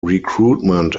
recruitment